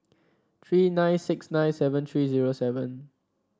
three nine six nine seven three zero seven